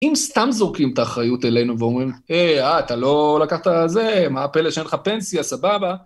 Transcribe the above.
אם סתם זורקים את האחריות אלינו ואומרים, אה, אה, אתה לא לקחת זה, מה הפלא שאין לך פנסיה, סבבה.